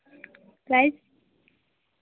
blouse